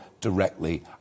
directly